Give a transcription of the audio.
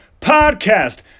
podcast